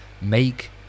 make